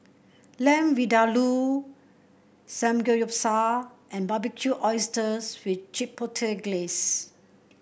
Lamb Vindaloo Samgeyopsal and Barbecued Oysters with Chipotle Glaze